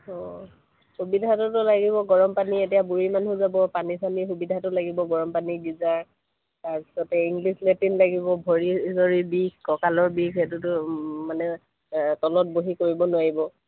অঁ সুবিধাটোতো লাগিব গৰম পানী এতিয়া বুঢ়ী মানুহ যাব পানী চানীৰ সুবিধাটো লাগিব গৰম পানী গিজাৰ তাৰ পিছতে ইংলিছ লেট্ৰিন লাগিব ভৰি চৰি বিষ কঁকালৰ বিষ সেইটোতো মানে তলত বহি কৰিব নোৱাৰিব